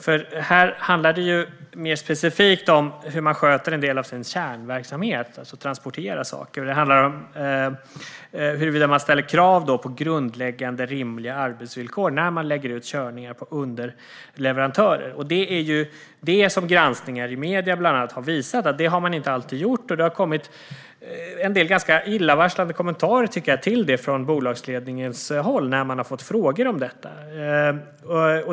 Här handlar det ju mer specifikt om hur man sköter en del av sin kärnverksamhet, alltså att transportera saker, och det handlar om huruvida man ställer krav på grundläggande rimliga arbetsvillkor när man lägger ut körningar på underleverantörer. Mediernas granskning har visat att det har man inte alltid gjort, och jag tycker att det har kommit en del ganska illavarslande kommentarer från bolagsledningens håll när man fått frågor om det.